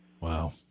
wow